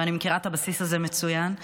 ואני מכירה את הבסיס הזה מצוין.